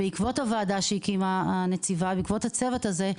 בעקבות הוועדה שהקימה הנציבה ובעקבות הצוות הזה,